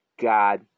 God